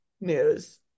news